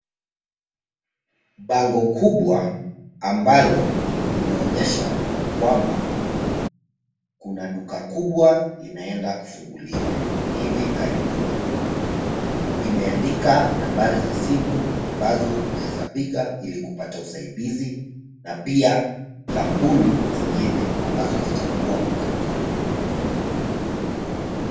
Bango kubwa ambalo linaonyesha kwamba kuna duka kubwa linaenda kufunguliwa hivi karibuni. Imeandika nambari za simu ambazo unaeza piga ili kupata usaidizi na pia kampuni zingine ambazo zitakuwa kwa duka kubwa.